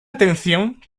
atención